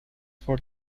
for